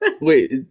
Wait